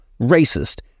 racist